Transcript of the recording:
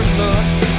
looks